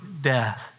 death